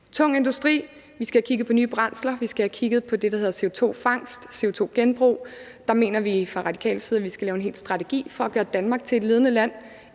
tunge industri. Vi skal have kigget på nye brændsler og på det, der hedder CO2-fangst og CO2-genbrug. Der mener vi fra radikal side, at vi skal lave en hel strategi for at gøre Danmark til et ledende land,